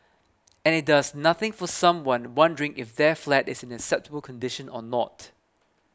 and it does nothing for someone wondering if their flat is in acceptable condition or not